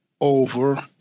over